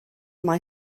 mai